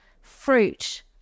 fruit